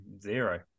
zero